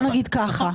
בוא נגיד ככה.